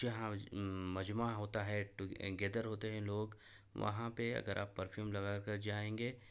جہاں مجمع ہوتا ہے ٹوگیدر ہوتے ہیں لوگ وہاں پہ اگر آپ پرفیوم لگا کر جائیں گے